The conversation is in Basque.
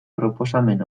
proposamen